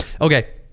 Okay